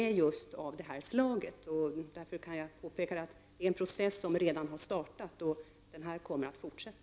Därför kan jag framhålla att det rör sig om en process som redan har startat och som kommer att fortsätta.